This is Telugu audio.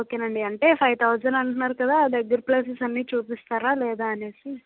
ఓకేనండి అంటే ఫైవ్ తౌజండ్ అంటున్నారు కదా దగ్గిర ప్లేసెస్ అన్ని చూపిస్తారా లేదా అనేసి